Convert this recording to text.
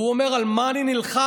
והוא אומר: על מה אני נלחם,